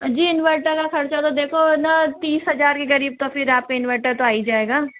जी inverter का ख़र्च तो देखो है ना तीस हज़ार के क़रीब तो फिर आप इन्वैर्टर तो आ ही जाएगा